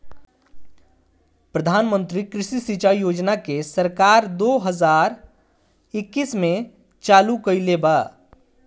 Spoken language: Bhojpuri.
प्रधानमंत्री कृषि सिंचाई योजना के सरकार दो हज़ार इक्कीस में चालु कईले बा